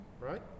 right